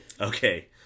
Okay